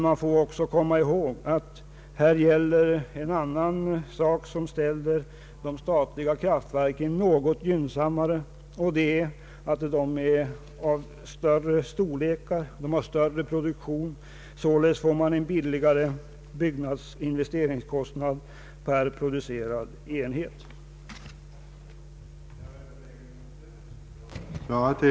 Man får dock komma ihåg att de statliga företagen har ett gynnsammare läge, eftersom de har större produktion. De har lägre byggnadsinvesteringskostnad per producerad enhet. I detta betänkande hade utskottet i ett sammanhang behandlat